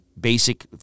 basic